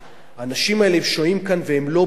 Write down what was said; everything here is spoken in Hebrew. האנשים האלה שוהים כאן והם לא בני-גירוש.